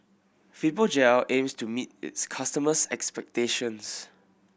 Fibogel aims to meet its customers' expectations